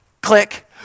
click